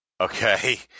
Okay